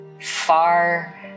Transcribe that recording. far